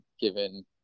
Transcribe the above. given